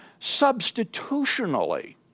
substitutionally